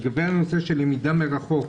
לגבי הנושא של למידה מרחוק,